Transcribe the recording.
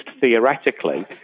theoretically